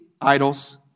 idols